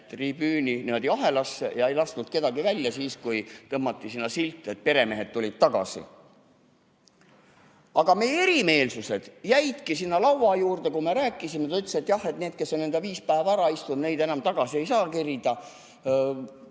tribüüni niimoodi ahelasse ega lasknud kedagi välja, siis kui sinna tõmmati silt "Peremehed tulid tagasi". Aga meie erimeelsused jäidki sinna laua juurde, kus me rääkisime. Öeldi, et jah, et nendel, kes on enda viis päeva ära istunud, enam seda tagasi ei saa kerida,